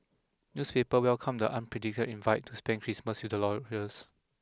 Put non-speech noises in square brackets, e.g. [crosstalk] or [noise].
newspapers welcomed the unprecedented invite to spend Christmas with the [unintelligible] royals